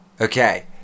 Okay